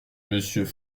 monsieur